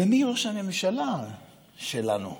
ומי ראש הממשלה שלנו,